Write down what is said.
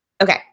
Okay